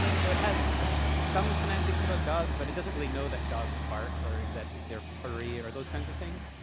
so it has ah some some semantics about dogs, but it doesn't really know that dogs bark or that they're furry, or those kinds of things.